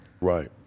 Right